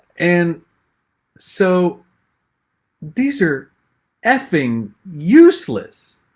and so these are effing useless.